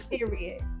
Period